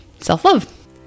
self-love